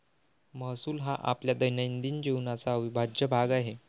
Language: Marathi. महसूल हा आपल्या दैनंदिन जीवनाचा अविभाज्य भाग आहे